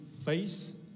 face